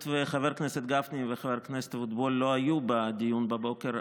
היות שחבר הכנסת גפני וחבר הכנסת אבוטבול לא היו בדיון בבוקר,